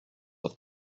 off